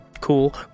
cool